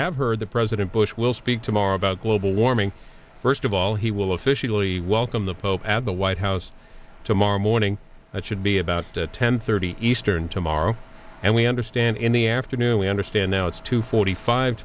have heard the president bush will speak tomorrow about global warming first of all he will officially welcome the pope at the white house tomorrow morning that should be about ten thirty eastern tomorrow and we understand in the afternoon we understand now it's two forty five